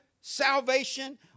salvation